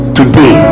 today